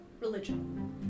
religion